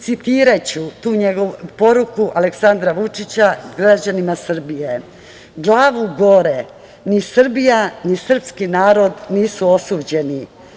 Citiraću tu poruku Aleksandra Vučića građanima Srbije: „Glavu gore, ni Srbija ni srpski narod nisu osuđeni.